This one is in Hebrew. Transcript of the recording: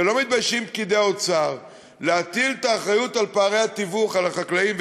שפקידי האוצר לא מתביישים להטיל את האחריות לפערי התיווך על החקלאים,